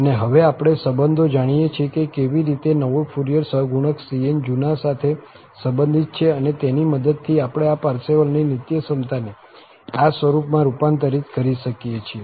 અને હવે આપણે સંબંધો જાણીએ છીએ કે કેવી રીતે નવો ફુરીયર સહગુણક cn જૂના સાથે સંબંધિત છે અને તેની મદદથી આપણે આ પારસેવલની નિત્યસમતાને આ સ્વરૂપમાં રૂપાંતરિત કરી શકીએ છીએ